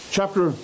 Chapter